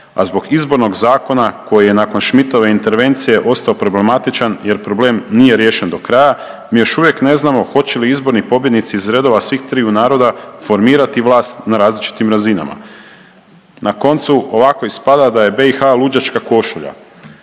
a zbog izbornog zakona koji je nakon Šmitove intervencije ostao problematičan jer problem nije riješen dokraja mi još uvijek ne znamo hoće li izborni pobjednici iz redova svih triju naroda formirati vlast na različitim razinama. Na koncu ovako ispada da je BiH luđačka košulja,